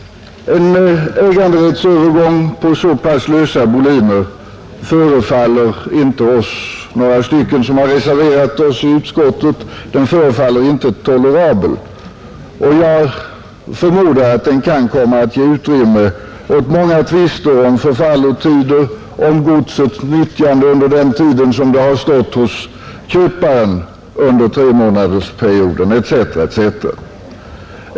Äganderättens övergång på så pass lösa boliner förefaller inte oss — några stycken — som har reserverat oss i utskottet tolerabel, och jag förmodar att den kan komma att ge utrymme åt många tvister om förfallotider, om godsets nyttjande under den tid det har stått hos köparen under tremånadersperioden etc. etc.